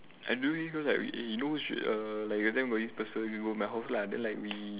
I don't really know like eh you you know should err like that got this person we were in my house lah then like we